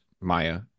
Maya